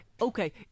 okay